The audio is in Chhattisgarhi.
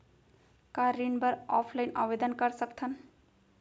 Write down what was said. का ऋण बर ऑफलाइन आवेदन कर सकथन?